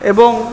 এবং